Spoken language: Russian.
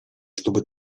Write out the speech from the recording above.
чтобы